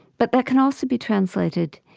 but that can also be translated,